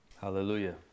Hallelujah